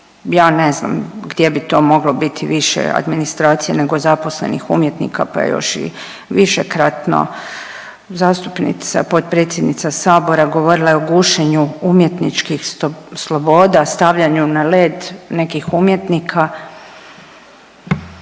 ja ne znam gdje bi to moglo biti više administracije nego zaposlenih umjetnika pa još i višekratno, zastupnica, potpredsjednica Sabora govorila je o gušenju umjetničkih sloboda, stavljanju na led nekih umjetnika.